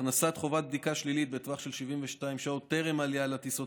הכנסת חובת בדיקה שלילית בטווח של 72 שעות חובה טרם עלייה לטיסות